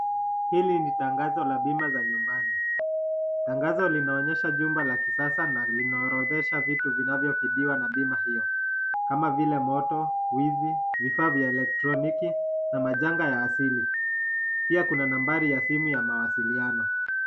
Hili ni tangazo la bima za nyumbani. Tangazo linaonyesha jumba la kisasa na linaorodhesha vitu vinavyofidhiwa na bima hiyo kama vile moto ,wizi, vifaa vya elektroniki na majanga ya asili. Pia kuna nambari ya simu ya mawasiliano.